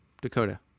dakota